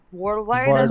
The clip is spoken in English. worldwide